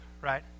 right